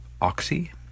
Oxy